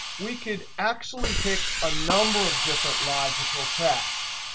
we could actually pick a number of different logical tests.